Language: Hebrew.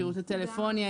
שירות טלפוניה,